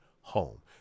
home